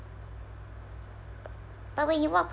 but when you walk